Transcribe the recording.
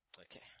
Okay